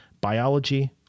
biology